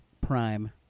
Prime